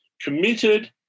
committed